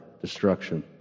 destruction